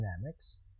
dynamics